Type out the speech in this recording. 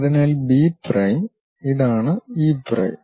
അതിനാൽ B prime ഇതാണ് E prime